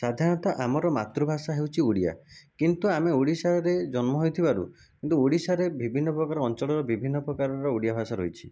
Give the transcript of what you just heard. ସାଧାରଣତଃ ଆମର ମାତୃଭାଷା ହେଉଛି ଓଡ଼ିଆ କିନ୍ତୁ ଆମେ ଓଡ଼ିଶାରେ ଜନ୍ମ ହୋଇଥିବାରୁ କିନ୍ତୁ ଓଡ଼ିଶାରେ ବିଭିନ୍ନପ୍ରକାର ଅଞ୍ଚଳର ବିଭିନ୍ନପ୍ରକାର ଓଡ଼ିଆ ଭାଷା ରହିଛି